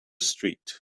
street